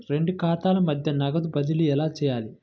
రెండు ఖాతాల మధ్య నగదు బదిలీ ఎలా చేయాలి?